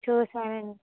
చూసాను అండి